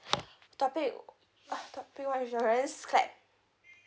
topic topic one insurance clap